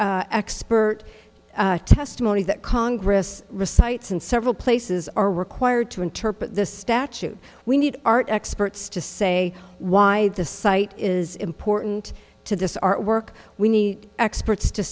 expert testimony that congress recites and several places are required to interpret the statute we need art experts to say why this site is important to this artwork we need experts to